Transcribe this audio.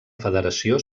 federació